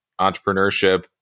entrepreneurship